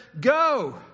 go